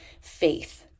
faith